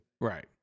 right